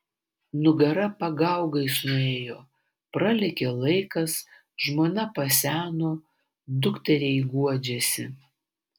nugara pagaugais nuėjo pralėkė laikas žmona paseno dukteriai guodžiasi